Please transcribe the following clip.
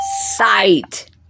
sight